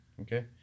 Okay